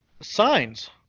signs